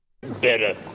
Better